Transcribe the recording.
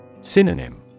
Synonym